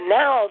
now